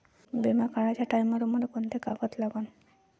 बिमा काढाचे टायमाले मले कोंते कागद लागन?